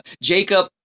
Jacob